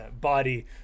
body